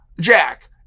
Jack